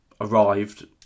arrived